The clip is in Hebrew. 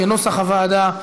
כנוסח הוועדה.